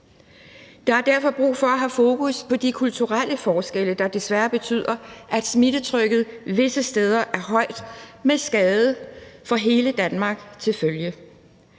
Der er derfor brug for at have fokus på de kulturelle forskelle, der desværre betyder, at smittetrykket visse steder er højt med skade for hele Danmark til følge.